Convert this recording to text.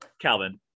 Calvin